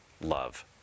love